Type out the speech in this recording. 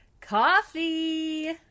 Coffee